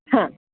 हां